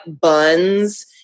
buns